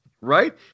Right